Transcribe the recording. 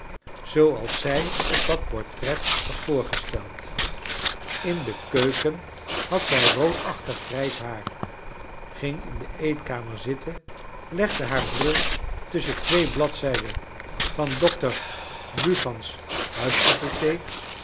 zij op dat portret was voorgesteld in de keuken had zij roodaehtig grijs haar ging in de eetkamer zitten legcle haar bril tussohen twe bladzijden van dokter bu